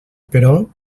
però